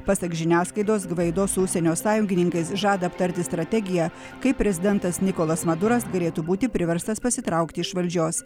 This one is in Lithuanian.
pasak žiniasklaidos gvaido su užsienio sąjungininkais žada aptarti strategiją kaip prezidentas nikolas maduras galėtų būti priverstas pasitraukti iš valdžios